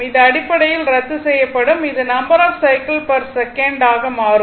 இது அடிப்படையில் ரத்து செய்யப்படும் இது number of cycle per second ஆக மாறும்